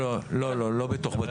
לא בתוך בתים.